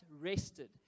rested